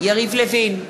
יריב לוין,